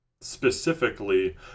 Specifically